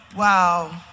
wow